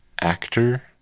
actor